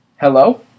Hello